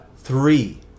Three